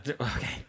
Okay